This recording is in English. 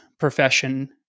profession